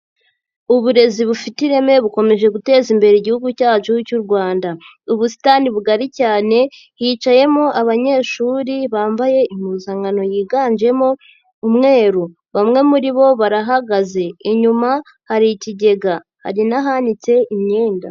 Uburezi bufite ireme bukomeje guteza imbere Igihugu cyacu cy'u Rwanda, ubusitani bugari cyane hicayemo abanyeshuri bambaye impuzankano yiganjemo umweru, bamwe muri bo barahagaze, inyuma hari ikigega hari n'ahanitse imyenda.